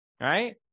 right